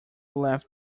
left